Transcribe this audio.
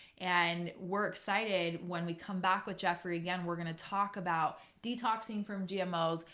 and we're excited when we come back with jeffery again, we're going to talk about detoxing from gmos.